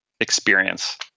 experience